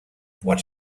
what